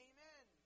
Amen